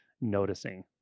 noticing